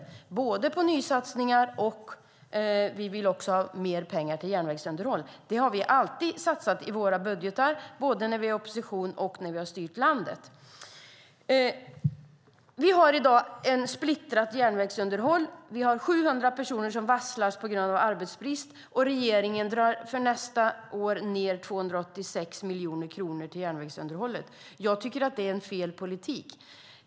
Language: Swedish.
Vi vill både ha nysatsningar och mer pengar till järnvägsunderhåll. Detta har vi alltid satsat på i våra budgetar, både när vi har varit i opposition och när vi har styrt landet. Vi har i dag ett splittrat järnvägsunderhåll. Vi har 700 personer som varslas på grund av arbetsbrist, och regeringen drar för nästa år ned på järnvägsunderhållet med 286 miljoner kronor. Jag tycker att det är fel politik.